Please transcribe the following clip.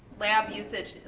lab usage,